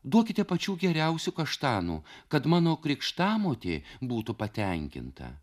duokite pačių geriausių kaštanų kad mano krikštamotė būtų patenkinta